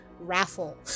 raffle